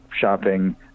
shopping